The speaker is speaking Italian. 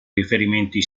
riferimenti